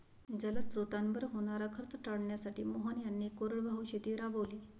जलस्रोतांवर होणारा खर्च टाळण्यासाठी मोहन यांनी कोरडवाहू शेती राबवली